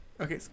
Okay